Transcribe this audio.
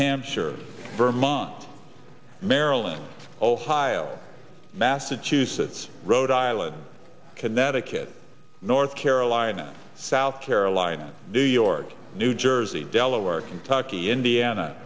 hampshire vermont maryland ohio massachusetts rhode island connecticut north carolina south carolina new york new jersey delaware kentucky indiana